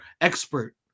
expert